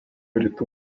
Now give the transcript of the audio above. rytų